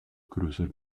größere